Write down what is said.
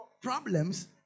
problems